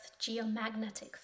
geomagnetic